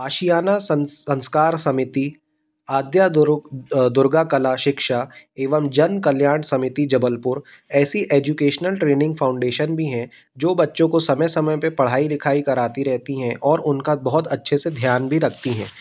आशियाना संस्कार समिति आद्या दुर्गा कला शिक्षा एवं जन कल्याण समिति जबलपुर ऐसी एजुकेशनल ट्रेनिंग फ़ाउंडेशन भी हैं जो बच्चों को समय समय पे पढ़ाई लिखाई कराती रहती हैं और उनका बहुत अच्छे से ध्यान भी रखती हैं